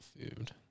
food